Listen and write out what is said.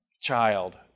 child